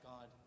God